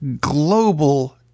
global